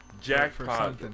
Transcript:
jackpot